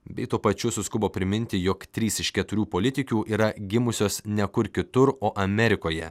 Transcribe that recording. bei tuo pačiu suskubo priminti jog trys iš keturių politikių yra gimusios ne kur kitur o amerikoje